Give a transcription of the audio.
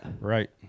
Right